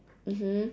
mmhmm